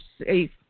safe